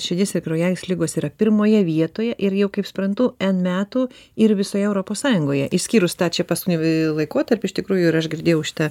širdis ir kraujagyslių ligos yra pirmoje vietoje ir jau kaip suprantu n metų ir visoje europos sąjungoje išskyrus tą čia paskutinį laikotarpį iš tikrųjų ir aš girdėjau šitą